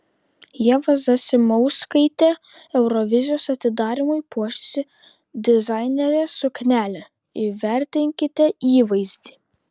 ieva zasimauskaitė eurovizijos atidarymui puošėsi dizainerės suknele įvertinkite įvaizdį